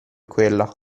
quella